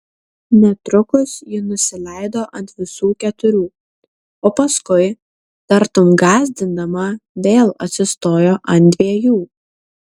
netrukus ji nusileido ant visų keturių o paskui tartum gąsdindama vėl atsistojo ant dviejų